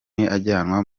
ajyanwa